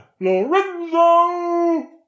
Lorenzo